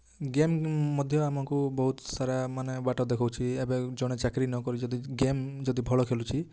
game ମଧ୍ୟ ଆମକୁ ବହୁତ୍ ସାରା ମାନେ ବାଟ ଦେଖାଉଛି ଏବେ ଜଣେ ଚାକିରୀ ନ କରି ଯଦି ଗେମ୍ ଯଦି ଭଲ ଖେଳୁଛି